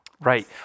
Right